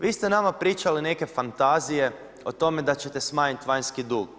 Vi ste nama pričali neke fantazije o tome da ćete smanjiti vanjski dug.